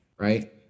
Right